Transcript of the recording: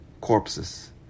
Corpses